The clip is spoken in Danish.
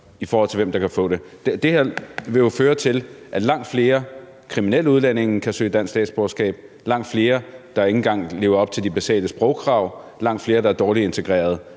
i forhold til hvem der kan få det? Det her vil jo føre til, at langt flere kriminelle udlændinge kan søge dansk statsborgerskab, langt flere, der ikke engang lever op til de basale sprogkrav, langt flere, der er dårligt integreret.